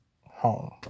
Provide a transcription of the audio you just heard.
home